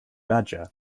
badger